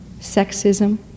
sexism